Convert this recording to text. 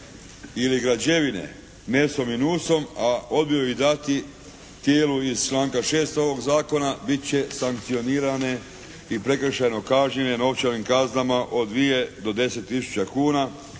se ne razumije./… a odbiju ih dati tijelu iz članka 6. ovog zakona, bit će sankcionirane i prekršajno kažnjene novčanim kaznama od 2 do 10 tisuća